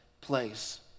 place